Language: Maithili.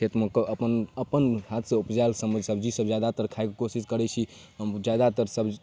खेतमेके अपन अपन हाथसँ उपजाएल समान सब्जीसब जादातर खाइके कोशिश करै छी हम जादातर सब